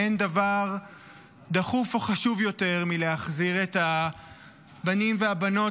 אין דבר דחוף או חשוב יותר מלהחזיר את הבנים והבנות,